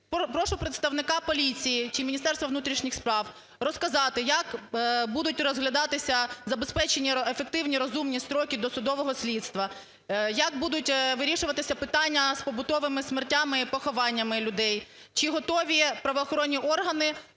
Прошу представника поліції чи Міністерство внутрішніх справ розказати, як будуть розглядатися… забезпечені ефективні, розумні строки досудового слідства, як будуть вирішуватися питання з побутовими смертями і похованнями людей. Чи готові правоохоронні органи